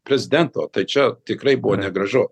prezidento tai čia tikrai buvo negražu